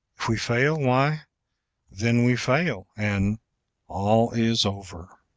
if we fail, why then we fail, and all is over